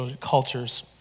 cultures